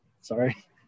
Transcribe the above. sorry